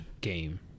game